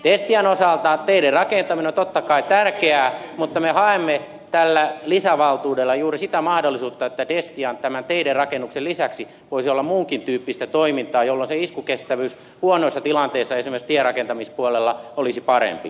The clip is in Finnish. destian osalta teiden rakentaminen on totta kai tärkeää mutta me haemme tällä lisävaltuudella juuri sitä mahdollisuutta että destialla tämän teiden rakennuksen lisäksi voisi olla muunkin tyyppistä toimintaa jolloin se iskukestävyys huonoissa tilanteissa esimerkiksi tienrakentamispuolella olisi parempi